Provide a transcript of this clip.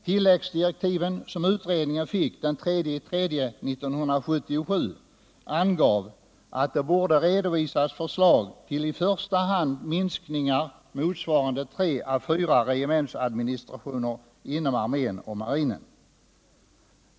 Tilläggsdirektiven som utredningen fick den 3 mars 1977 angav att det borde redovisas förslag till i första hand minskningar motsvarande tre till fyra regementsadministrationer inom armén och marinen.